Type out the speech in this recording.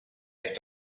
app